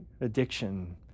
addiction